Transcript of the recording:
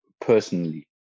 personally